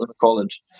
college